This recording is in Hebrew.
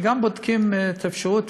וגם בודקים את האפשרות,